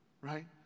right